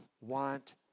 want